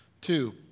Two